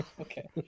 Okay